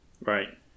right